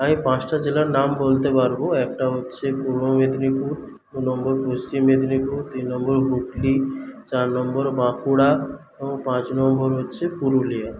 আমি পাঁচটা জেলার নাম বলতে পারব একটা হচ্ছে পূর্ব মেদিনীপুর দু নম্বর পশ্চিম মেদিনীপুর তিন নম্বর হুগলি চার নম্বর বাঁকুড়া ও পাঁচ নম্বর হচ্ছে পুরুলিয়া